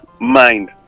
mind